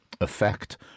effect